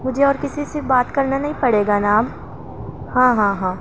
مجھے اور کسی سے بات کرنا نہیں پڑے گا نا اب ہاں ہاں ہاں